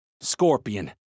Scorpion